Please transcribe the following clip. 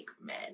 men